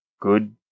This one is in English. good